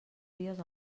dies